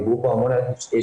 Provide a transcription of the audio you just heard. דיברו פה המון על חינוך,